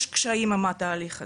יש קשיים עם התהליך הזה.